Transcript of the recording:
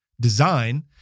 design